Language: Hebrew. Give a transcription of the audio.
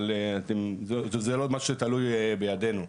אבל זה לא משהו שתלוי בידינו.